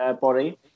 body